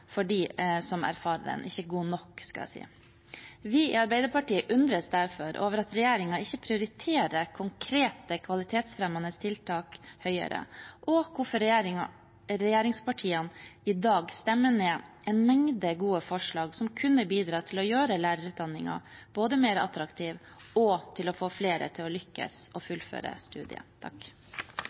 for dem som erfarer den. Vi i Arbeiderpartiet undres derfor over at regjeringen ikke prioriterer konkrete kvalitetsfremmende tiltak høyere, og hvorfor regjeringspartiene i dag stemmer ned en mengde gode forslag som kunne bidratt til å gjøre lærerutdanningen mer attraktiv og til å få flere til å lykkes med å fullføre studiet.